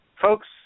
folks